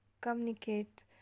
communicate